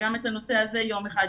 וגם את הנושא הזה יום אחד